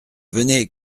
venez